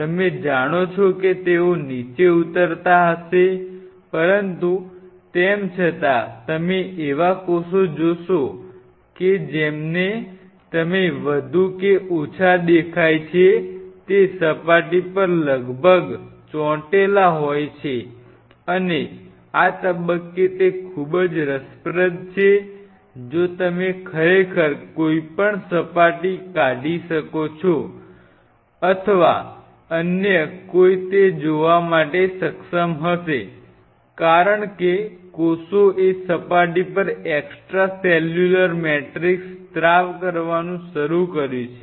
તમે જાણો છો કે તેઓ નીચે ઉતરતા હશે પરંતુ તેમ છતાં તમે એવા કોષો જોશો કે જે તમને વધુ કે ઓછા દેખાય છે તે સપાટી પર લગભગ ચોંટેલા હોય છે અને આ તબક્કે તે ખૂબ જ રસપ્રદ છે જો તમે ખરેખર કોઈ રીતે બહાર કાઢી શકો છો અથવા અન્ય કોઈ તે જોવા માટે સક્ષમ હશે કારણ કે કોષોએ સપાટી પર એક્સ્ટ્રા સેલ્યુલર મેટ્રિક્સ સ્ત્રાવ કરવાનું શરૂ કર્યું છે